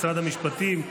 משרד המשפטים,